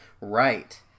Right